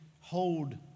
hold